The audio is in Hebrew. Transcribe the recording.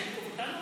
זה לתקוף אותנו?